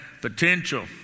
potential